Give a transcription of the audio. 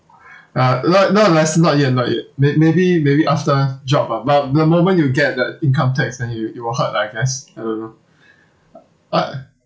uh not not less not yet not yet may~ maybe maybe after job ah but the moment you get the income tax then you it will hurt lah I guess I don't know but